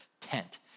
tent